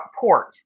port